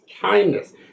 kindness